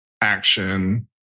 action